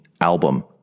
album